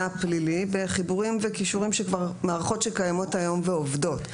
הפלילי בחיבורים וקישורים של מערכות שקיימות היום ועובדות,